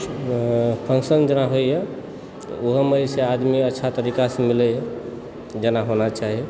function जेना होइए ओहोमे जे छै आदमी अच्छा तरीका से मिलैए जेना होना चाही